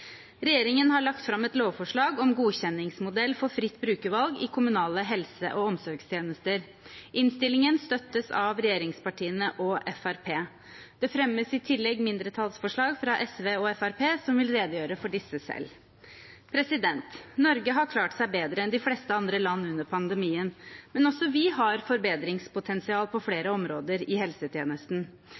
Regjeringen har lagt fram et lovforslag om godkjenningsmodell for fritt brukervalg i kommunale helse- og omsorgstjenester. Innstillingen støttes av regjeringspartiene og Fremskrittspartiet. Det fremmes i tillegg mindretallsforslag fra SV og fra Fremskrittspartiet. De vil redegjøre for disse selv. Norge har klart seg bedre enn de fleste andre land under pandemien, men også vi har forbedringspotensial på flere områder i helsetjenesten.